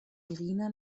irina